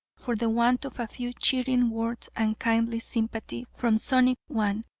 for the want of a few cheering words and kindly sympathy from sonic one,